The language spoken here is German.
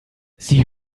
sie